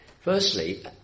Firstly